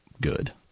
good